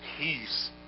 peace